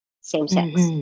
same-sex